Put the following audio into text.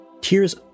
Tears